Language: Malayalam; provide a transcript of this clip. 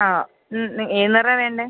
ആ ഏത് നിറമാണ് വേണ്ടത്